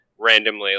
randomly